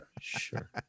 Sure